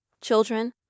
Children